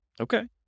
Okay